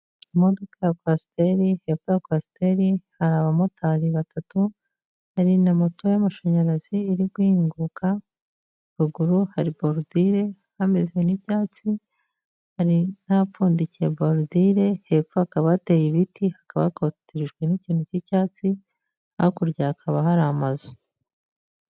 Imodoka ya kwasiteri, Hepfo ya kwasiteri hari abamotari 3 harinda moto y'amashanyarazi iri guhinguka ruguru hari koruture hameze nk'ibyatsi hari n'ahapfundikiye borudire hepfo hakaba hateye ibiti hakaba hakotejwe n'ikintu cy'icyatsi hakurya hakaba hari amazu.